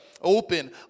Open